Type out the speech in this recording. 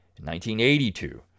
1982